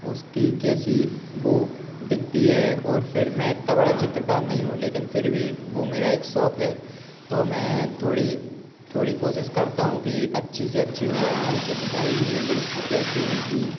उसकी कैसी वो दिखती है और फिर मैं इतना बड़ा चित्रकार नहीं हूँ लेकिन फ़िर भी वो मेरा एक शौक है तो मैं थोड़ी थोड़ी कोशिश करता हूँ कि अच्छी से अच्छी हो जाए मेरी चित्रकारी मेरे दोस्त कहते हैं कि